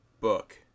book